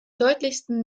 deutlichsten